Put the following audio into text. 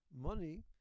money